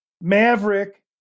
Maverick